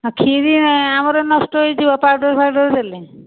ଖିରି ଆମର ନଷ୍ଟ ହୋଇଯିବ ପାଉଡର୍ ଫାଉଡର୍ ଦେଲେ